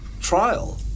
trial